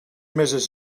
mrs